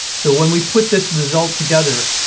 so when we put this result together,